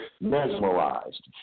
mesmerized